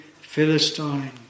Philistine